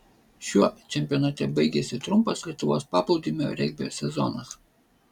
šiuo čempionate baigėsi trumpas lietuvos paplūdimio regbio sezonas